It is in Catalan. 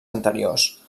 anteriors